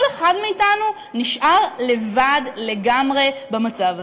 כל אחד מאתנו נשאר לבד לגמרי במצב הזה.